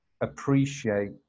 appreciate